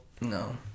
no